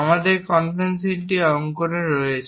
আমাদের কনভেনশনটি অঙ্কনে রয়েছে